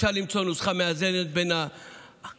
אפשר למצוא נוסחה מאזנת בין הדרכים.